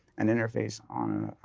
an interface on a